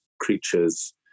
creatures